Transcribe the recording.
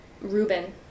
Reuben